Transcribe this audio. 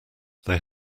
they